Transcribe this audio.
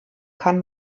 kann